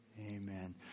Amen